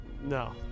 No